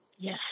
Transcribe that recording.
Yes